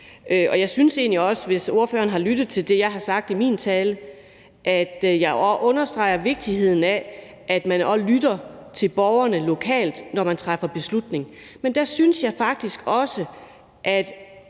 Jeg synes egentlig også – hvis ordføreren har lyttet til det, jeg har sagt i min tale – at jeg understreger vigtigheden af, at man lytter til borgerne lokalt, når man træffer en beslutning. Men der synes jeg faktisk også, at